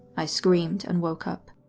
i screamed and woke up.